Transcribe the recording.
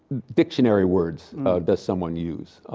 dictionary words does someone use